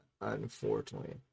Unfortunately